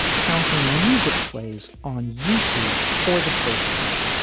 counting music plays on youtube for the first time.